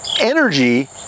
energy